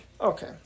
Okay